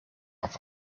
auf